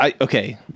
Okay